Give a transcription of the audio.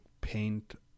paint